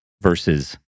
versus